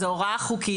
זה הוראה חוקית.